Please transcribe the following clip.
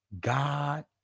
God